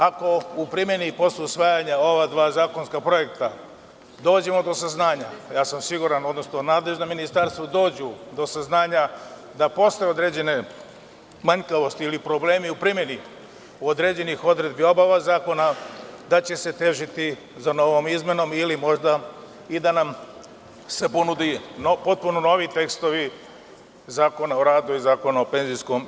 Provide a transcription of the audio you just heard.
Ako u primeni posle usvajanja ova dva zakonska projekta dođemo do saznanja, a siguran sam, odnosno nadležna ministarstva dođu do saznanja da posle određene manjkavosti ili problema u primeni određenih odredbi obaveza zakona da će se težiti za novom izmenom ili možda i da nam se ponudi potpuno novi tekstovi Zakona o radu i Zakona o PIO.